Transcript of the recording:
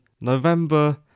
November